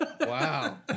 Wow